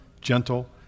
gentle